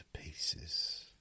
pieces